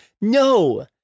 no